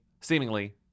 Seemingly